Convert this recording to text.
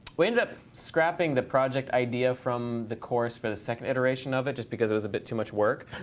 we ended up scrapping the project idea from the course for the second iteration of it just because it was a bit too much work.